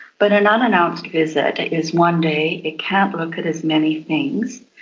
but an unannounced visit is one day, it can't look at as many things,